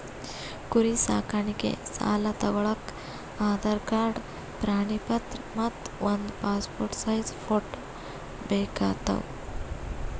ಕುರಿ ಸಾಕಾಣಿಕೆ ಸಾಲಾ ತಗೋಳಕ್ಕ ಆಧಾರ್ ಕಾರ್ಡ್ ಪಾಣಿ ಪತ್ರ ಮತ್ತ್ ಒಂದ್ ಪಾಸ್ಪೋರ್ಟ್ ಸೈಜ್ ಫೋಟೋ ಬೇಕಾತವ್